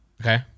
Okay